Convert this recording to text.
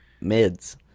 Mids